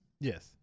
Yes